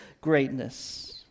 greatness